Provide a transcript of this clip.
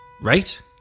Right